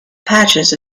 patches